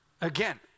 again